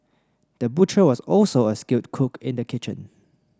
the butcher was also a skilled cook in the kitchen